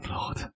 Lord